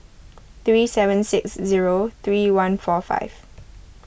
three seven six zero three one four five